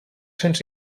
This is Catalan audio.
cents